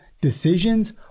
decisions